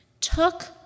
took